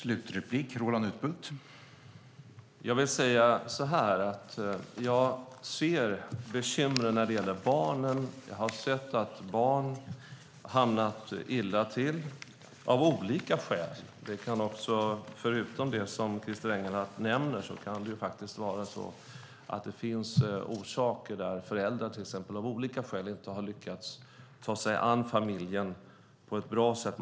Herr talman! Jag ser bekymren när det gäller barnen. Jag har sett att barn har hamnat illa till av olika skäl. Förutom det som Christer Engelhardt nämner kan det finnas andra orsaker. Det kan till exempel vara föräldrar som av olika skäl inte har lyckats ta sig an familjen på ett bra sätt.